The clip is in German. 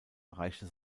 erreichte